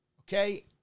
Okay